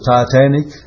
Titanic